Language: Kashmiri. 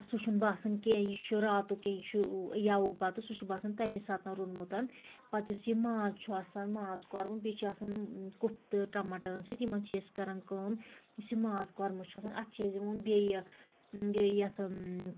سُہ چھُنہٕ باسان کیٚنٛہہ یہِ چھُ راتُک یا یہِ چھُ یَوُک بَتہٕ سُہ چھُ باسان تَمے ساتہٕ روٚنمُت پتہٕ یُس یہِ ماز چھُ آسان ماز کوٚرمہٕ بیٚیہِ چھُ آسان ٲں کُفتہٕ ٹماٹَرَن سۭتۍ یمن چھِ أسۍ کران کٲم یُس یہ ماز کوٚرمہٕ چھُ آسان اتھ چھِ أسۍ دِوان بیٚیہِ یہِ یتھ